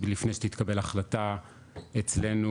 ולפני שתתקבל החלטה אצלנו,